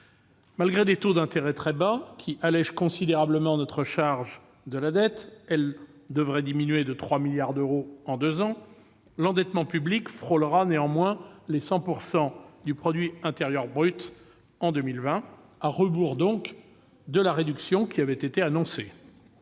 Malgré des taux d'intérêt très bas, qui allègent considérablement la charge de la dette- elle devrait diminuer de 3 milliards d'euros en deux ans -, l'endettement public frôlera les 100 % du produit intérieur brut en 2020, à rebours de la réduction qui avait été annoncée.